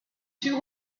two